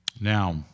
Now